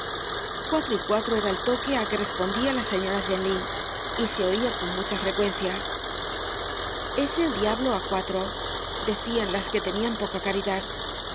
cuatro y cuatro era el toque á que respondia la señora genlis y se oia con mucha frecuencia es el diablo á cuatro decian las que tenian poca caridad